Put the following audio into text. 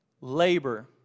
labor